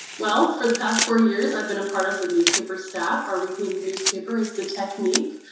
well, for the past four years, i've been a part of the newspaper staff. our weekly newspaper is the technique.